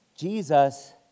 Jesus